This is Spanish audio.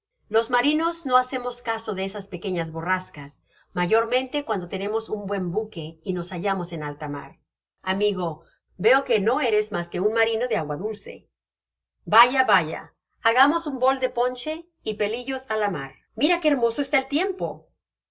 los marinos no hacemos caso de esas pequeñas borrascas mayormente cuando tenemos un buen buque y nos hallamos en alta mar amigo veo que no eres mas que un marino de agua dulce vaya vaya hagamos un bol de ponche y pelillos á la mar mira qué hermoso está el tiempo